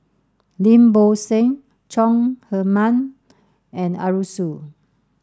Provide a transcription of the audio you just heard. Lim Bo Seng Chong Heman and Arasu